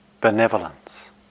benevolence